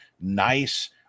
nice